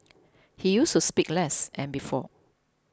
he used to speak less and before